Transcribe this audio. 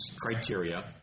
criteria